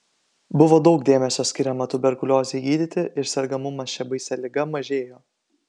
buvo daug dėmesio skiriama tuberkuliozei gydyti ir sergamumas šia baisia liga mažėjo